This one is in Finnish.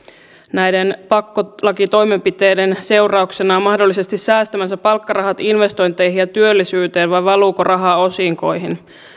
näiden pakkolakitoimenpiteiden seurauksena mahdollisesti säästämänsä palkkarahat investointeihin ja työllisyyteen vai valuuko raha osinkoihin